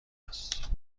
است